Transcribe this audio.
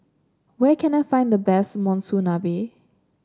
where can I find the best Monsunabe